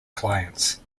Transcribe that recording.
clients